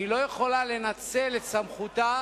והיא לא יכולה לנצל את סמכותה